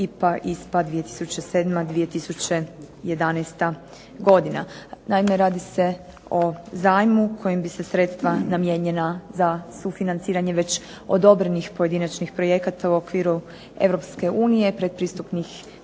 IPA ISPA 2007.-2011. godina. Naime, radi se o zajmu kojim bi se sredstva namijenjena za sufinanciranje već odobrenih pojedinačnih projekata u okviru Europske unije, pretpristupnih